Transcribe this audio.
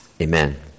Amen